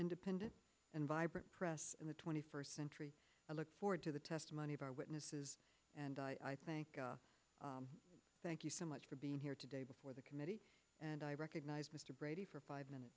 independent and vibrant press in the twenty first century i look forward to the testimony of our witnesses and i thank thank you so much for being here today before the committee and i recognize mr brady for five minutes